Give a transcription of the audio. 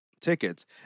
tickets